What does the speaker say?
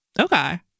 Okay